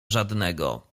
żadnego